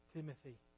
Timothy